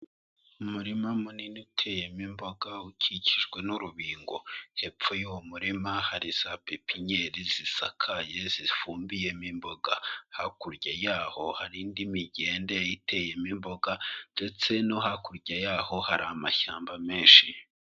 Umurima munini uteyemo imboga ukikijwe n'urubingo, hepfo y'uwo murima hari za pepinyeri zisakaye zifumbiyemo imboga, hakurya y'aho hari indi migende iteyemo imboga ndetse no hakurya yaho hari amashyamba menshi.